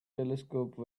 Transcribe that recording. telescope